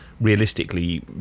realistically